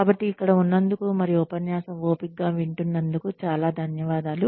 కాబట్టి ఇక్కడ ఉన్నందుకు మరియు ఉపన్యాసం ఓపికగా వింటునందుకు చాలా ధన్యవాదాలు